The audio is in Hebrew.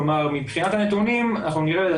כלומר מבחינת הנתונים אנחנו נראה,